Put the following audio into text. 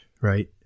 right